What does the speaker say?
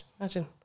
Imagine